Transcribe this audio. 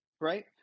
Right